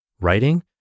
Writing